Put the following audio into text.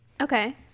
Okay